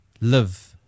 live –